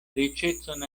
riĉecon